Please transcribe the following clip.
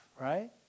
right